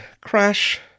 Crash